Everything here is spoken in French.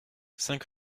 cinq